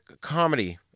comedy